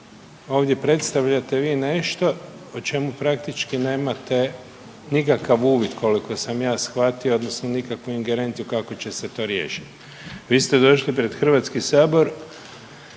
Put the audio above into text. ovdje predstavljate vi nešto o čemu praktički nemate nikakav uvid koliko sam ja shvatio odnosno nikakvu ingerenciju kako će se to riješiti. Vi ste došli pred Hrvatski sabor